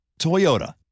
Toyota